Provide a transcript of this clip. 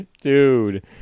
Dude